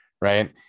right